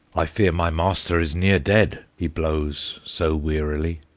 i fear my master is near dead, he blows so wearily.